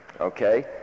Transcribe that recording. okay